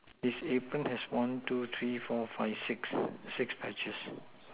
his apron has one two three four five six six patches